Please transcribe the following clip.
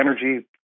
energy